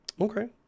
Okay